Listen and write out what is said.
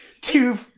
two